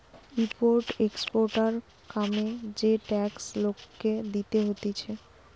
import exporter কামে যে tax লোককে দিতে হতিছে